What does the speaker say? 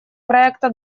проекта